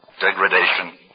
degradation